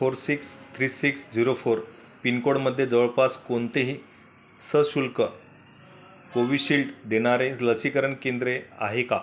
four six three six zero four पिनकोडमध्ये जवळपास कोणतेही सशुल्क कोविशिल्ड देणारे लसीकरण केंद्रे आहे का